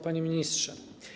Panie Ministrze!